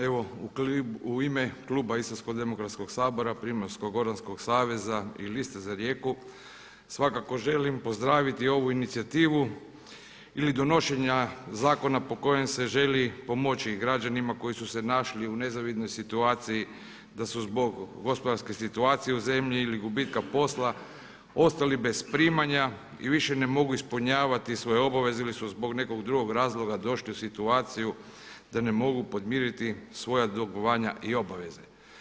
Evo u ime kluba Istarskog demokratskog sabora, Primorsko-goranskog saveza i Liste za Rijeku svakako želim pozdraviti ovu inicijativu ili donošenja zakona po kojem se želi pomoći građanima koji su se našli u nezavidnoj situaciji da su zbog gospodarske situacije u zemlji ili gubitka posla ostali bez primanja i više ne mogu ispunjavati svoje obaveze ili su zbog nekog drugog razloga došli u situaciju da ne mogu podmiriti svoja dugovanja i obaveze.